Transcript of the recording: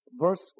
verse